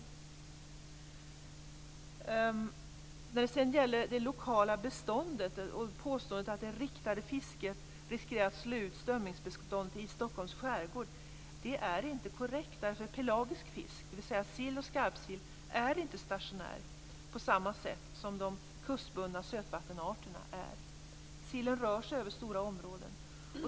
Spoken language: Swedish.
Påståendet beträffande det lokala beståndet, att det riktade fisket riskerar att slå ut strömmingsbeståndet i Stockholms skärgård, är inte korrekt därför att pelagisk fisk, dvs. sill och skarpsill, är inte stationär på samma sätt som de kustbundna sötvattenarterna. Sillen rör sig över stora områden.